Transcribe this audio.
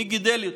מי גידל אותו?